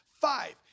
Five